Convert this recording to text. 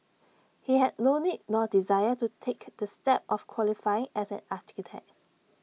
he had no need nor desire to take the step of qualifying as an architect